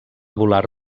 volar